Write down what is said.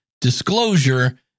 disclosure